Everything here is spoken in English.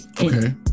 Okay